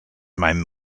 meinem